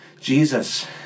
Jesus